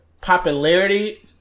popularity